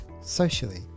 socially